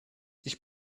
ich